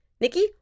Nikki